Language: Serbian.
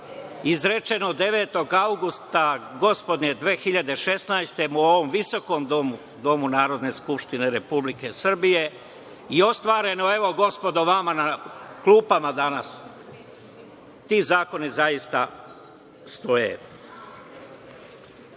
izrečeno 9. avgusta, gospodnje 2016. godine u ovom visokom domu Narodne skupštine Republike Srbije i ostvareno, evo gospodo vama na klupama danas. Ti zakoni zaista